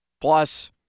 Plus